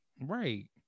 Right